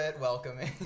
welcoming